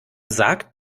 sagt